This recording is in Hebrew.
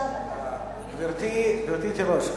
גברת תירוש,